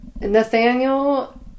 Nathaniel